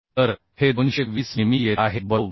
तर हे 220 मिमी येत आहे बरोबर